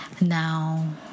Now